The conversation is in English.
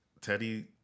Teddy